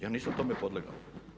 Ja nisam tome podlegao.